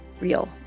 real